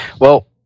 Well-